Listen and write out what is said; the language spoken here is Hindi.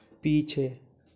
पीछे